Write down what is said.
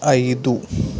ఐదు